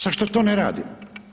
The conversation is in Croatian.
Zašto to ne radimo?